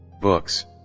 books